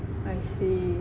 I see